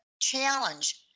challenge